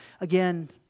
again